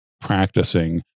practicing